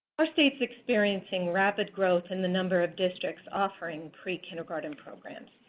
our state is experiencing rapid growth in the number of districts offering prekindergarten programs,